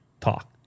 talk